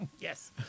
Yes